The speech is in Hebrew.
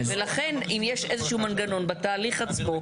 ולכן אם יש איזשהו מנגנון בתהליך עצמו,